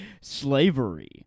Slavery